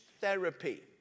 therapy